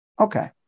Okay